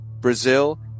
Brazil